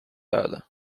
ajada